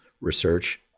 research